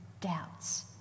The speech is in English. doubts